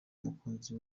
umukunzi